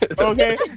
Okay